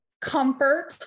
comfort